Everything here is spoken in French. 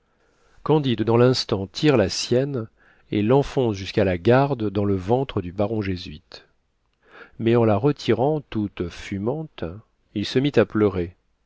candide dans l'instant tire la sienne et l'enfonce jusqu'à la garde dans le ventre du baron jésuite mais en la retirant toute fumante il se mit à pleurer